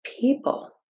people